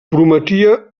prometia